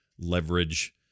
leverage